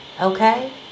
Okay